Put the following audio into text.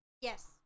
Yes